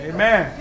Amen